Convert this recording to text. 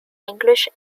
english